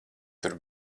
tur